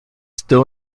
still